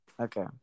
Okay